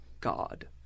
God